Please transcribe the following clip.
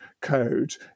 code